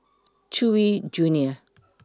Chewy Junior